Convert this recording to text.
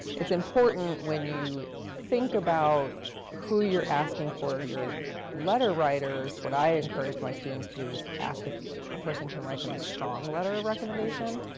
it's important when you think about who you're asking for your letter writers, what i encouraged my students to do is ask if a person can write them a strong letter of recommendation.